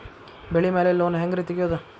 ಬೆಳಿ ಮ್ಯಾಲೆ ಲೋನ್ ಹ್ಯಾಂಗ್ ರಿ ತೆಗಿಯೋದ?